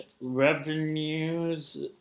revenues